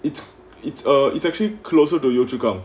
it's it's uh it's actually closer to yio chu kang